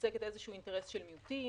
מייצגת איזשהו אינטרס של מיעוטים.